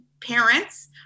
parents